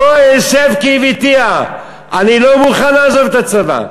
"פה אשב כי איוויתיה", אני לא מוכן לעזוב את הצבא.